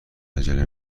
عجله